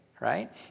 right